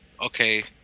okay